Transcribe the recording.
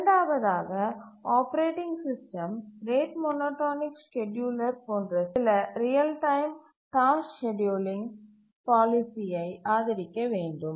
இரண்டாவதாக operating system rate monotonic scheduler போன்ற சில ரியல் டைம் டாஸ்க் ஸ்கேட்யூலிங் பாலிசியை ஆதரிக்க வேண்டும்